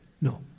No